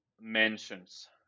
mentions